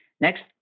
Next